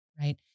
Right